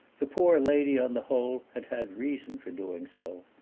the poor lady on the whole had had reason for doing so.